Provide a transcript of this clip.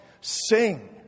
Sing